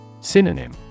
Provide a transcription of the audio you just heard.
Synonym